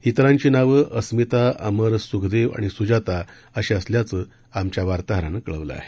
इतरांची नावं अस्मिता अमर सुखदेव आणि सुजाता अशी आमच्या वार्ताहरानं कळवलं आहे